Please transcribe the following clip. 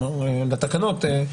בתקנות,